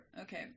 okay